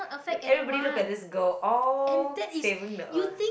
look everybody look at this girl all saving the earth